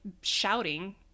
shouting